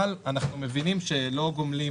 אבל אנחנו מבינים שלא גומלים